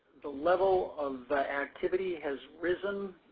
the level of the activity has risen.